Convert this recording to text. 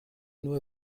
nur